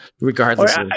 regardless